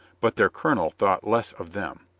but their colonel thought less of them.